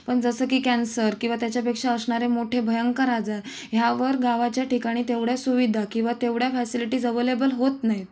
पण जसं की कॅन्सर किंवा त्याच्यापेक्षा असणारे मोठे भयंकर आजार ह्यावर गावाच्या ठिकाणी तेवढ्या सुविधा किंवा तेवढ्या फॅसिलिटीज अवेलेबल होत नाहीत